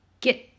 get